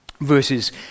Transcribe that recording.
verses